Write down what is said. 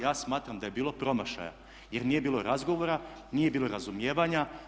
Ja smatram da je bilo promašaja jer nije bilo razgovora, nije bilo razumijevanja.